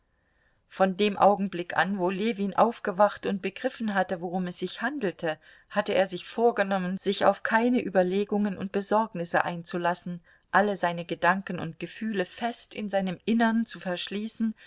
von dem augenblick an wo ljewin aufgewacht war und begriffen hatte worum es sich handelte hatte er sich vorgenommen sich auf keine überlegungen und besorgnisse einzulassen alle seine gedanken und gefühle fest in seinem innern zu verschließen